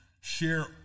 share